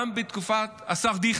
גם בתקופת השר דיכטר.